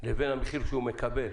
לבין המחיר שהוא מקבל.